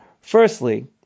Firstly